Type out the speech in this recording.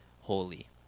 holy